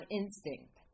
instinct